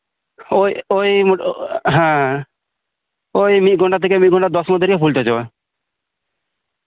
ᱳᱭ ᱳᱭ ᱦᱮᱸ ᱳᱭ ᱢᱤᱫ ᱜᱷᱚᱱᱴᱟ ᱛᱷᱮᱠᱮ ᱢᱤᱫ ᱜᱷᱚᱱᱴᱟ ᱫᱚᱥ ᱯᱚᱱᱨᱚ ᱢᱤᱱᱤᱴ ᱛᱮᱜᱮ ᱯᱷᱩᱞ ᱪᱟᱨᱡᱚᱜᱼᱟ